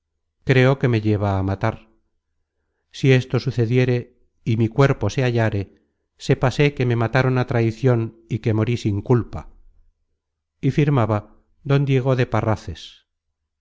creo que me lleva á matar si esto sucediere y mi cuerpo se halláre sépase que me mataron á traicion y que mori sin culpa y firmaba don diego de parráces